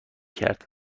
کرد